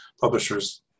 publishers